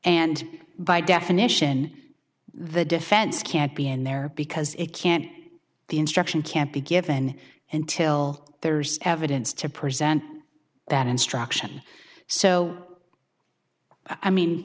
and by definition the defense can't be in there because it can't the instruction can't be given until there's evidence to present that instruction so i mean